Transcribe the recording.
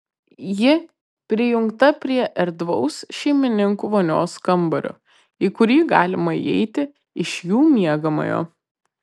ji prijungta prie erdvaus šeimininkų vonios kambario į kurį galima įeiti iš jų miegamojo